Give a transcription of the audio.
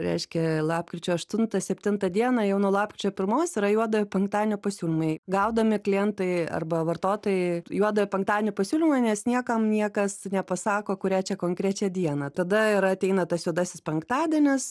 reiškia lapkričio aštuntą septintą dieną jau nuo lapkričio pirmos yra juodojo penktadienio pasiūlymai gaudomi klientai arba vartotojai juodojo penktadienio pasiūlymai nes niekam niekas nepasako kurią čia konkrečią dieną tada ir ateina tas juodasis penktadienis